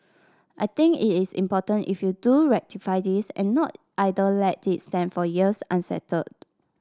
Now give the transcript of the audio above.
I think it is important if you do ratify this and not either let it stand for years unsettled